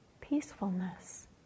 peacefulness